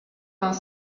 vingt